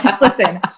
Listen